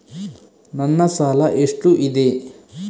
ನನ್ನ ಸಾಲ ಎಷ್ಟು ಇದೆ?